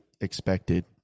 expected